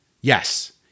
Yes